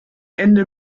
ende